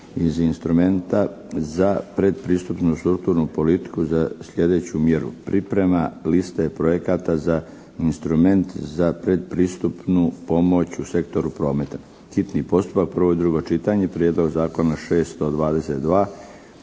iz instrumenta za pretpristupnu strukturnu politiku za sljedeću mjeru priprema liste prioriteta za instrument za pretpristupnu pomoć u sektoru prometa u Zagrebu. Molim uključimo se. Možemo glasovati.